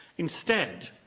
instead,